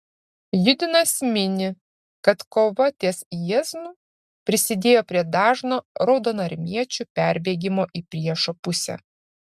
judinas mini kad kova ties jieznu prisidėjo prie dažno raudonarmiečių perbėgimo į priešo pusę